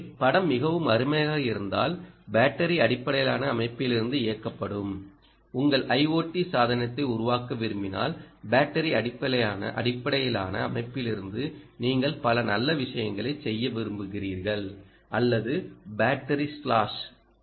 எனவே படம் மிகவும் அருமையாக இருந்தால் பேட்டரி அடிப்படையிலான அமைப்பிலிருந்து இயக்கப்படும் உங்கள் ஐஓடி சாதனத்தை உருவாக்க விரும்பினால் பேட்டரி அடிப்படையிலான அமைப்பிலிருந்து நீங்கள் பல நல்ல விஷயங்களைச் செய்ய விரும்புகிறீர்கள் அல்லது பேட்டரி ஸ்லாஷ்